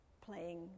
playing